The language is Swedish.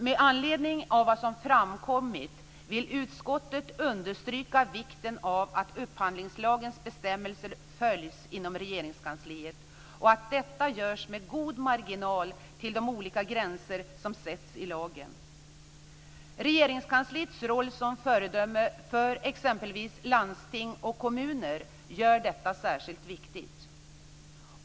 Med anledning av vad som har framkommit vill utskottet understryka vikten av att upphandlingslagens bestämmelser följs inom Regeringskansliet och att detta görs med god marginal till de olika gränser som sätts i lagen. Regeringskansliets roll som föredöme för exempelvis landsting och kommuner gör detta särskilt viktigt.